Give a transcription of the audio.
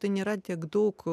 tai nėra tiek daug